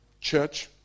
church